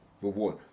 reward